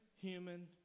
human